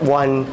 one